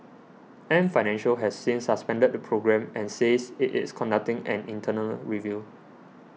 Ant Financial has since suspended the programme and says it is conducting an internal review